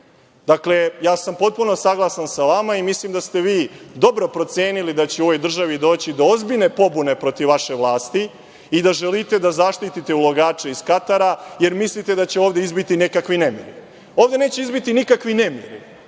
Dakle, potpuno sam saglasan sa vama, i mislim da ste vi dobro procenili da će u ovoj državi doći do ozbiljne pobune protiv vaše vlasti, i da želite da zaštitite ulagača iz Katara, jer mislite da će ovde izbiti nekakvi nemiri. Ovde neće izbiti nikakvi nemiri,